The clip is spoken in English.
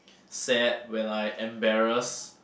sad when I embarrass